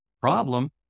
problem